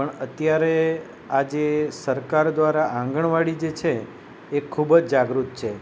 પણ અત્યારે આજે સરકાર દ્વારા આંગણવાડી જે છે એ ખૂબ જ જાગૃત છે